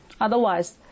otherwise